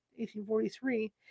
1843